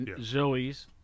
Zoe's